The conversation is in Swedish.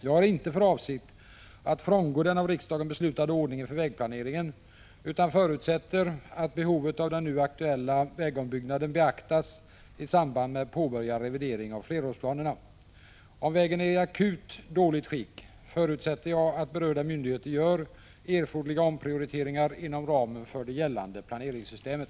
Jag har inte för avsikt att frångå den av riksdagen beslutade ordningen för vägplaneringen utan förutsätter att behovet av den nu aktuella vägombyggnaden beaktas i samband med påbörjad revidering av flerårsplanerna. Om vägen är i akut dåligt skick förutsätter jag att berörda myndigheter gör erforderliga omprioriteringar inom ramen för det gällande planeringssystemet.